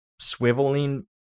swiveling